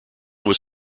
was